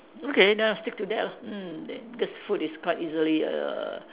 okay then I'll stick to that lah mm because food is quite easily err